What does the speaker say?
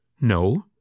No